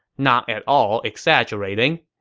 not at all exaggerating.